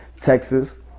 Texas